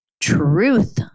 truth